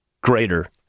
greater